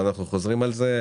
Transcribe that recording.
ואנחנו חוזרים על זה,